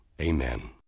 Amen